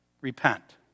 repent